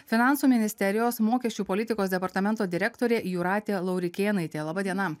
finansų ministerijos mokesčių politikos departamento direktorė jūratė laurikėnaitė laba diena